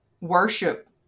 worship